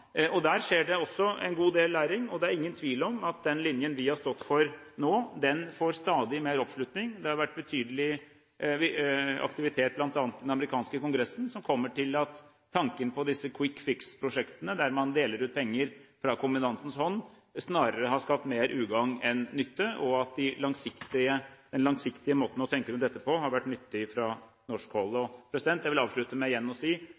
Der skjer det også en god del læring, og det er ingen tvil om at den linjen vi har stått for nå, stadig får mer oppslutning. Det har vært betydelig aktivitet, bl.a. i den amerikanske kongressen, som har kommet til at tanken på disse «quick fix»-prosjektene der man deler ut penger fra kommandantens hånd, snarere har skapt mer ugagn enn nytte, og at den langsiktige måten å tenke rundt dette på har vært nyttig fra norsk hold. Jeg vil avslutte med igjen å si: